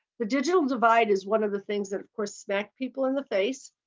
the digital divide is one of the things that of course smack people in the face.